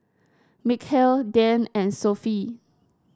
Mikhail Dian and Sofea